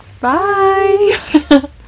Bye